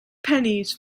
pennies